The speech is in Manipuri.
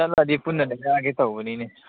ꯆꯠꯂꯗꯤ ꯄꯨꯟꯅ ꯂꯩꯔꯛꯑꯒꯦ ꯇꯧꯕꯅꯤꯅꯦ